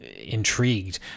intrigued